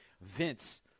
Vince